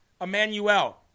Emmanuel